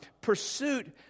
pursuit